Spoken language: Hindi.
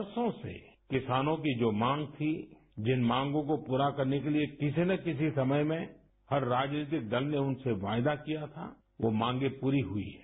बरसों से किसानों की जो माँग थी जिन मांगो को पूरा करने के लिए ँकिसी न कैसी समय में हर राजनीतिक दल ने उनसे वायदा किया था वो मांगे पूरी हुई हैं